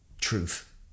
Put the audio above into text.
truth